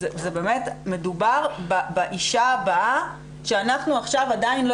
זה באמת מדובר באשה הבאה שאנחנו עכשיו עדיין לא